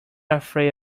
afraid